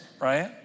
right